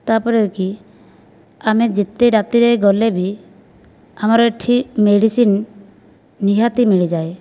ତାପରେ କି ଆମେ ଯେତେ ରାତିରେ ଗଲେ ବି ଆମର ଏଠି ମେଡ଼ିସିନ୍ ନିହାତି ମିଳିଯାଏ